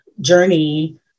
journey